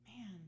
Man